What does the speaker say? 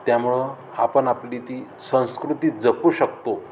त्यामुळं आपण आपली ती संस्कृती जपू शकतो